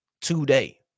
today